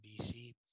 BC